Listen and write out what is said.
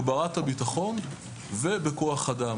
הגברת הביטחון ובכוח אדם